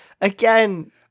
Again